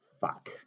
Fuck